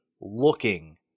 looking